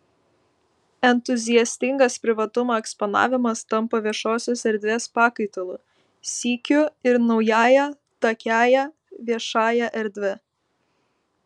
entuziastingas privatumo eksponavimas tampa viešosios erdvės pakaitalu sykiu ir naująją takiąja viešąja erdve